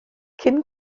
cyn